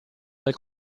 del